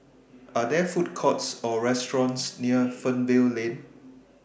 Are There Food Courts Or restaurants near Fernvale Lane